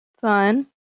Fun